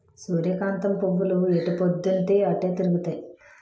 సూర్యకాంతం పువ్వులు ఎటుపోద్దున్తీ అటే తిరుగుతాయి